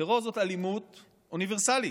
טרור הוא אלימות אוניברסלית,